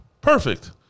Perfect